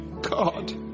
God